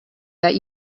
that